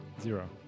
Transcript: Zero